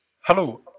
Hello